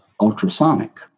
ultrasonic